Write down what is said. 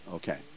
Okay